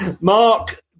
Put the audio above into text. Mark